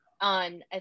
on